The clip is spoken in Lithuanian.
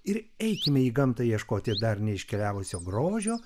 ir eikime į gamtą ieškoti dar neiškeliavusio grožio